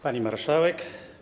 Pani Marszałek!